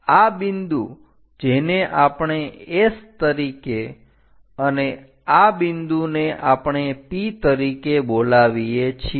આ બિંદુ જેને આપણે S તરીકે અને આ બિંદુને આપણે P તરીકે બોલાવીએ છીએ